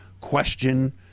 question